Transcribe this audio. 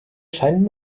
scheint